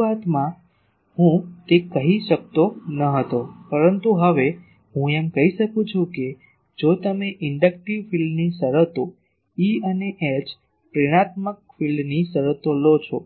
શરૂઆતમાં હું તે કહી શકતો ન હતો પરંતુ હવે હું એમ કહી શકું છું કે જો તમે ઇન્ડકટીવ ફિલ્ડની શરતો E અને H પ્રેરણાત્મક ફિલ્ડની શરતો લો છો